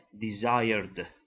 desired